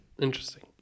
interesting